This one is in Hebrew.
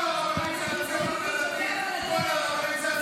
--- כל הרבנים של הציונות הדתית אומרים